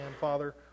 Father